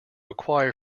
acquire